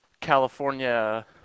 California